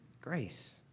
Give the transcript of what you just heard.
Grace